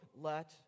Let